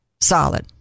Solid